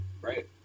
Right